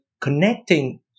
connecting